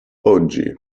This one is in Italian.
oggi